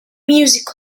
music